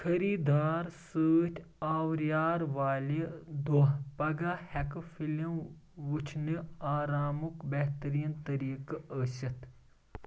خٔریٖدٲر ستۭۍ آورِیار والہِ دۄہ پگاہ ہیكہٕ فِلم وٕچھِنہِ آرامُک بہترین طریقہٕ ٲسِتھ